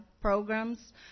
programs